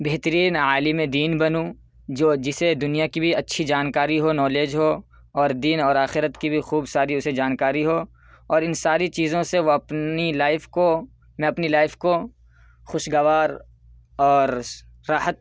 بہترین عالمِ دین بنوں جو جسے دنیا کی بھی اچھی جانکاری ہو نالج ہو اور دین اور آخرت کی بھی خوب ساری اسے جانکاری ہو اور ان ساری چیزوں سے وہ اپنی لائف کو میں اپنی لائف کو خوشگوار اور راحت